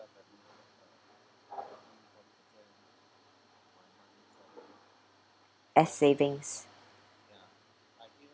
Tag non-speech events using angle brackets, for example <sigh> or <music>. <noise> as savings <noise>